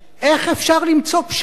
איך אפשר למצוא פשרה?